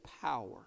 power